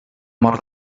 mor